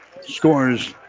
scores